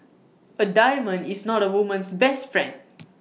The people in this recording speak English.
A diamond is not A woman's best friend